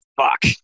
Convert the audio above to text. Fuck